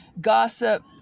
gossip